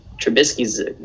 Trubisky's